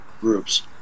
groups